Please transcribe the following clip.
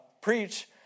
preach